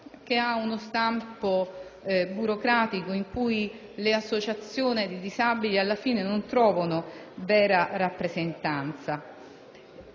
con uno stampo burocratico, in cui le associazioni dei disabili alla fine non trovano vera rappresentanza.